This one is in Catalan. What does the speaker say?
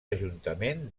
ajuntament